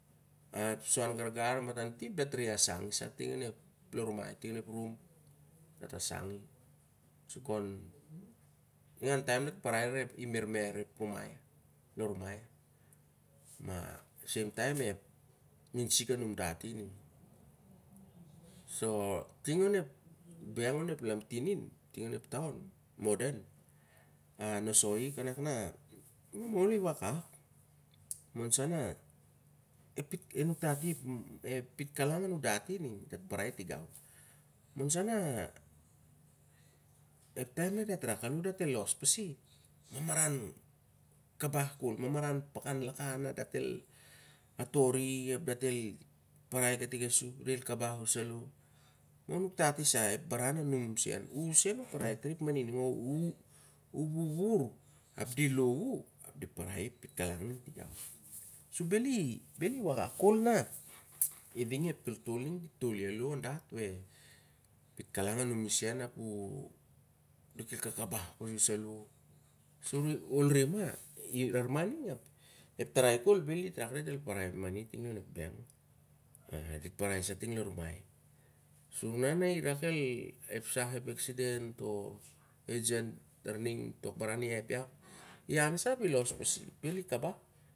Ep suan gargar apep matan tip dat rere asangi sa tin lon rumal. Dat asangi, ningan taim dat parai kon mermer ep rumai. Ma seim taim ep minsik anun dat i ning. So ting on ep bank na ep lamtin in, ting onep taon. A nosoi i, momol i wakak, ep pit kalang anun dat i dat parai tingau. Ep taim na dat rak alo sat el los pasi, ep mamaran kabah kol, ep mamaran pakan lak ah kol. Atori, dat el parai kaitnga sup, del kabah usalo. Ol nuktat i sa, u sen u parai tari ep mani ning, u wuwur ap di lon u ap di parai i ep pitkalang ning tungau. Ap bel i wakak kol na i ding ep toltol ning de tol i alo on dat. Pitkalang anumi sen, ap de kel kakabah kol u salo. Bel dat rak dat el parai ep mani ting lon ep bank, dat el parai sa ting lo rumai. Ep sah, ep eksiden o ep baran lar ning na, lai yapyap, i an sa api los pasi.